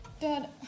Dad